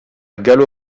gallo